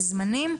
בזמנים.